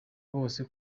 bose